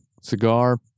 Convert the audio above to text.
Cigar